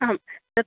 आं तत्